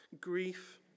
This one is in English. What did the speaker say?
grief